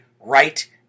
right